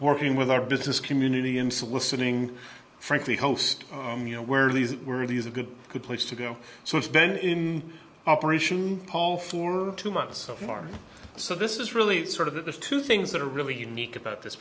working with our business community in soliciting frankly host you know where these were these are good good place to go so it's been in operation paul for two months so far so this is really sort of the two things that are really unique about this